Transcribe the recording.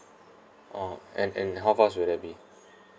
oh and and how fast will that be